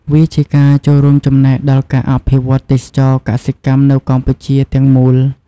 វាជាការចូលរួមចំណែកដល់ការអភិវឌ្ឍទេសចរណ៍កសិកម្មនៅកម្ពុជាទាំងមូល។